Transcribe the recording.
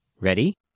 Ready